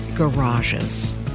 Garages